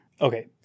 Okay